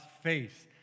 face